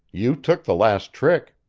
you took the last trick.